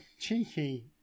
cheeky